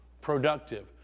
productive